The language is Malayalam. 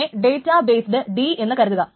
ഇതിനെ ഡേറ്റാ ബെയ്സ് d എന്നു കരുതുക